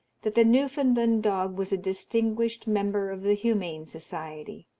that the newfoundland dog was a distinguished member of the humane society.